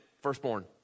firstborn